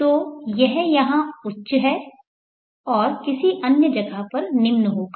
तो यह यहाँ उच्च और किसी अन्य जगह पर निम्न होगा